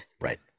right